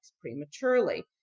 prematurely